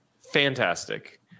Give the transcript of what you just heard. Fantastic